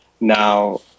Now